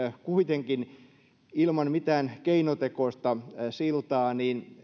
kuitenkin ilman mitään keinotekoista siltaa